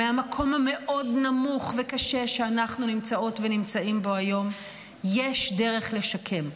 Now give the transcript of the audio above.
מהמקום המאוד-נמוך וקשה שאנחנו נמצאות ונמצאים בו היום יש דרך לשקם.